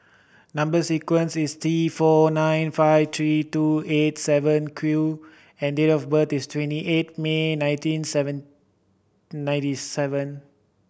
number sequence is T four nine five three two eight seven Q and date of birth is twenty eight May nineteen seven ninety seven